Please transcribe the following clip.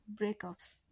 breakups